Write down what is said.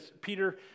Peter